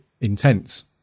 intense